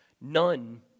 none